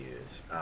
use